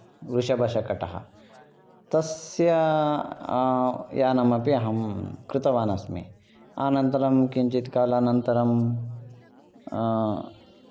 वृषभशकटः तस्य यानम् अपि अहं कृतवान् अस्मि अनन्तरं किञ्चित् कालानन्तरं